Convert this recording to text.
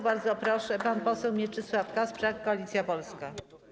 Bardzo proszę, pan poseł Mieczysław Kasprzak, Koalicja Polska.